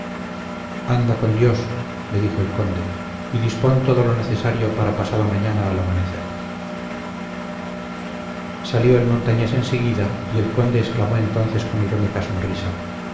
anda con dios le dijo el conde y dispón todo lo necesario para pasado mañana al amanecer salió el montañés enseguida y el conde exclamó entonces con irónica sonrisa